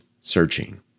Searching